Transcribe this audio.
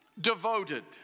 devoted